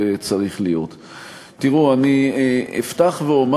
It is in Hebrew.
שבא ואומר